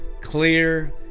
clear